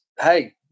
hey